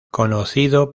conocido